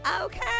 okay